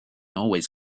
always